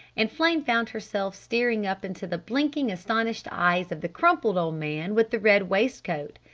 and flame found herself staring up into the blinking, astonished eyes of the crumpled old man with the red waistcoat.